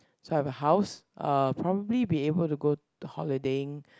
so I've a house uh probably be able to go the holidaying